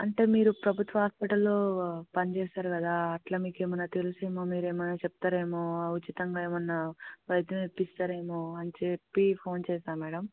అంటే మీరు ప్రభుత్వ హాస్పిటల్లో పనిచేస్తారు కదా అట్లా మీకు ఏమన్న తెలుసు ఏమో మీరు ఏమైన చెప్తారా ఏమో ఉచితంగా ఏమన్న వైద్యం ఇప్పిస్తారు ఏమో అని చెప్పి ఫోన్ చేశాను మ్యాడమ్